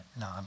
No